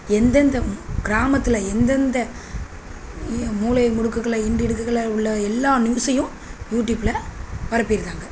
எந்தெந்த கிராமத்தில் எந்தெந்த மூலை முடுக்குகளில் இண்டு இடுக்குகளில் உள்ளே எல்லா நியூஸையும் யூடியூபில் பரப்பிடுறாங்க